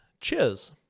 cheers